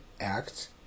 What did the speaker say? Act